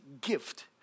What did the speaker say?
gift